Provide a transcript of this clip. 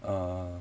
err